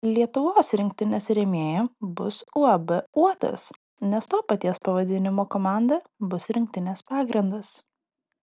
lietuvos rinktinės rėmėja bus uab uotas nes to paties pavadinimo komanda bus rinktinės pagrindas